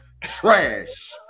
trash